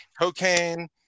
Cocaine